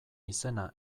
izena